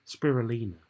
spirulina